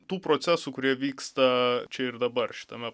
tų procesų kurie vyksta čia ir dabar šitame